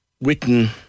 written